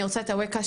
אני רוצה את אווקה,